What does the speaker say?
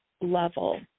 level